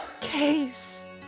Case